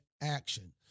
action